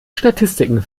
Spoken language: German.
statistiken